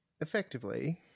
effectively